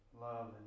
love